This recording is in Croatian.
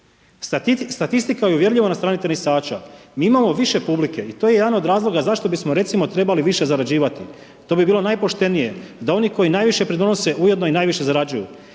statistika je uvjerljivo na strani tenisača, mi imamo više publike i to je jedan od razloga zašto bismo recimo trebali više zarađivati, to bi bilo najpoštenije, da oni koji najviše pridonose ujedno i najviše zarađuju.